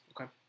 Okay